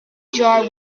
jar